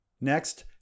Next